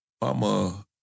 Mama